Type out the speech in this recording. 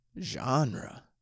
genre